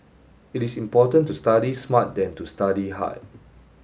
it is important to study smart than to study hard